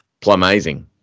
plumazing